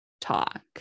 talk